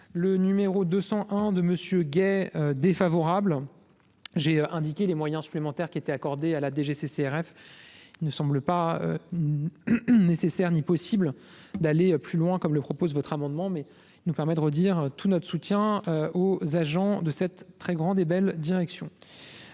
de monsieur Guey défavorable, j'ai indiqué les moyens. Supplémentaires qui étaient accordées à la DGCCRF ne semble pas nécessaire ni possible d'aller plus loin, comme le propose votre amendement mais il nous permet de redire tout notre soutien aux agents de cette très grande et belle direction